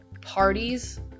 parties